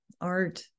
art